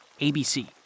ABC